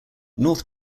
north